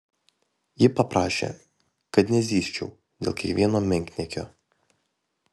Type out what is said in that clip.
ji paprašė kad nezyzčiau dėl kiekvieno menkniekio